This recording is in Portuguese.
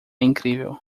incrível